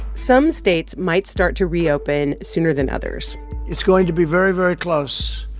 some states might start to reopen sooner than others it's going to be very, very close,